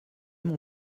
mon